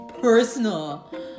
Personal